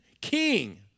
king